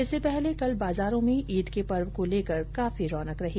इससे पहले कल बाजारों में ईद के पर्व को लेकर काफी रौनक रही